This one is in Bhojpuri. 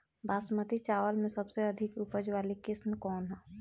बासमती चावल में सबसे अधिक उपज वाली किस्म कौन है?